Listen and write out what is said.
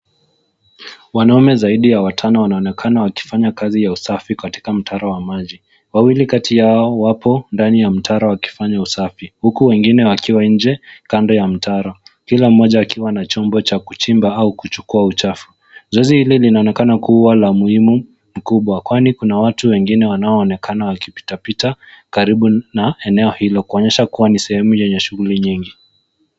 Wanaume zaidi ya watano wanaonekana wakifanya kazi ya usafi katika mtaro wa maji. Wawili kati yao wapo ndani ya mtaro wakifanya usafi huku wengine wakiwa nje kando ya mtaro, kila mmoja akiwa na chombo cha kuchimba au kuchukua uchafu. Zoezi hili linaonekana kuwa la muhimu mkubwa kwani kuna watu wengine wanaoonekana wakipitapita karibu na eneo hilo kuonyesha kuwa ni sehemu yenye shughuli nyingi.